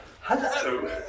Hello